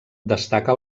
destaca